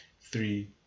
three